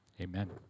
Amen